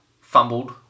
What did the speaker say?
fumbled